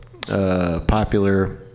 popular